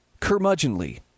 curmudgeonly